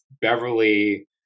beverly